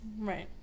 right